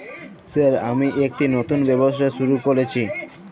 Sir আমি একটি নতুন ব্যবসা শুরু করেছি?